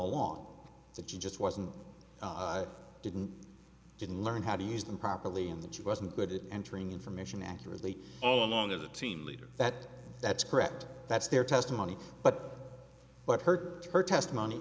along that just wasn't didn't didn't learn how to use them properly and that she wasn't good at entering information accurately all along as a team leader that that's correct that's their testimony but what hurt her testimony